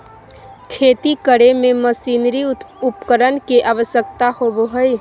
खेती करे में मशीनरी उपकरण के आवश्यकता होबो हइ